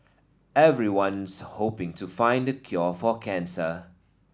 everyone's hoping to find the cure for cancer